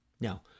Now